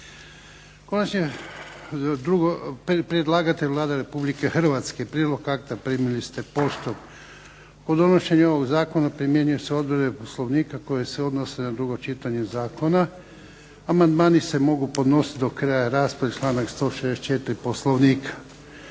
br. 800 Predlagatelj je Vlada Republike Hrvatske. Prijedlog akta primili ste poštom. Kod donošenja ovog zakona primjenjuju se odredbe Poslovnika koje se odnose na drugo čitanje zakona. Amandmani se mogu podnositi do kraja rasprave, članak 164. Poslovnika.